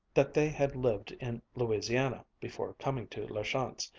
that they had lived in louisiana before coming to la chance,